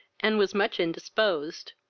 and was much indisposed.